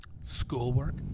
schoolwork